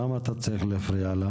למה אתה צריך להפריע לה?